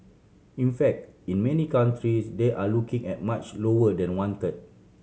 in fact in many countries they are looking at much lower than one third